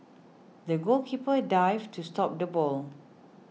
the goalkeeper dived to stop the ball